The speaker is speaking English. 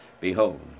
Behold